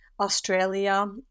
Australia